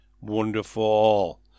wonderful